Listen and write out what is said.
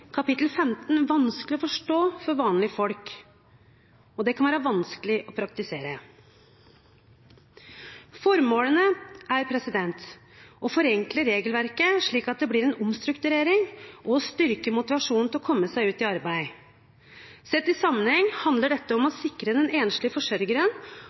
kapittel 15 vanskelige å forstå for vanlige folk, og de kan være vanskelige å praktisere. Formålet er å forenkle regelverket slik at det blir en omstrukturering, og å styrke motivasjonen til å komme seg ut i arbeid. Sett i sammenheng handler dette om å sikre den enslige forsørgeren